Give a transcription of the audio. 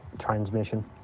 transmission